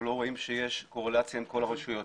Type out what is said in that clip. לא רואים שיש קורלציה עם כול הרשויות.